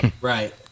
Right